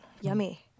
Yummy